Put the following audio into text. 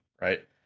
Right